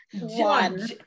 One